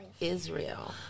Israel